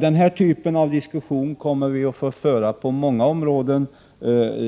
Denna typ av diskussion kommer vi att få föra på många områden.